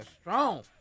strong